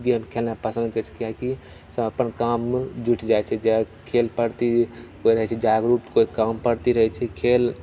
game खेलनाइ पसंद करैत छै किआकि सब अपन काममे जुटि जाइत छै खेल प्रति कोइ रहैत छै जागरूक केओ कामके प्रति रहैत छै खेल